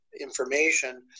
information